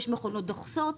יש מכונות דוחסות,